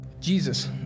Jesus